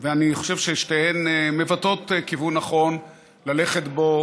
אני חושב ששתיהן מבטאות כיוון נכון ללכת בו